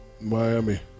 Miami